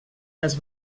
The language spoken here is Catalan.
les